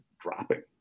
dropping